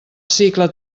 cicle